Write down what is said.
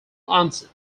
onset